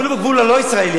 אפילו בגבול הלא-ישראלי,